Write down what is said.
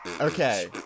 Okay